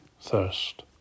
thirst